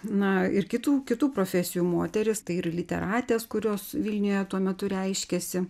na ir kitų kitų profesijų moterys tai ir literatės kurios vilniuje tuo metu reiškėsi